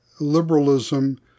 liberalism